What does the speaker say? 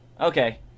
Okay